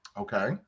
Okay